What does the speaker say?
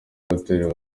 hoteli